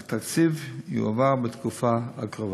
התקציב יועבר בתקופה הקרובה.